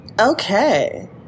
Okay